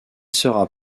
sera